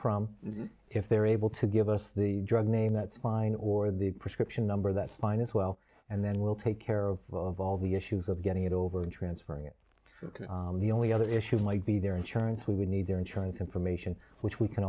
from if they're able to give us the drug name that's fine or the prescription number that's fine as well and then we'll take care of all the issues of getting it over and transferring it the only other issue might be their insurance we need their insurance information which we can